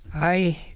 i,